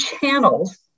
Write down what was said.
channels